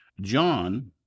John